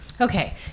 Okay